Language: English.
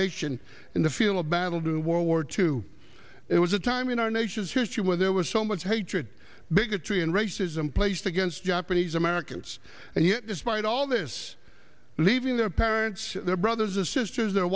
nation in the field of battle to world war two it was a time in our nation's history where there was so much hatred bigotry and racism placed against japanese americans and yet despite all this leaving their parents their brothers and sisters their